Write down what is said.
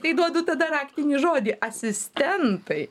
tai duodu tada raktinį žodį asistentai